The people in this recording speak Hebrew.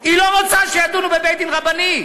היא לא רוצה שידונו בבית-דין רבני,